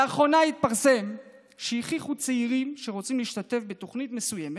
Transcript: לאחרונה התפרסם שהכריחו צעירים שרוצים להשתתף בתוכנית מסוימת: